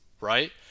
right